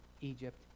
Egypt